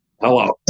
Hello